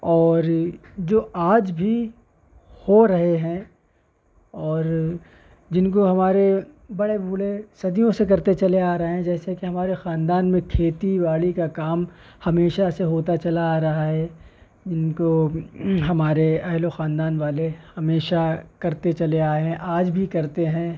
اور جو آج بھی ہو رہے ہیں اور جن کو ہمارے بڑے بوڑھے صدیوں سے کرتے چلے آ رہے ہیں جیسے کہ ہمارے خاندان میں کھیتی باڑی کا کام ہمیشہ سے ہوتا چلا آ رہا ہے ان کو ہمارے اہل و خاندان والے ہمیشہ کرتے چلے آئے ہیں آج بھی کرتے ہیں